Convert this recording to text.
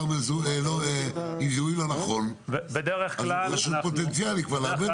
זיהוי לא נכון, אז הוא פוטנציאל להרבה דברים.